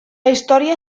història